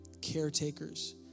caretakers